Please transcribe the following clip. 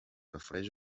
refereix